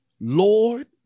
Lord